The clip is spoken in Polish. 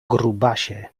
grubasie